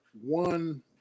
One